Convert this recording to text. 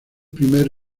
primer